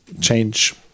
change